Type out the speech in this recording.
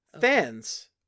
Fans